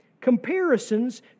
Comparisons